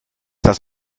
das